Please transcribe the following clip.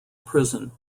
prison